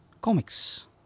comics